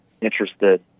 interested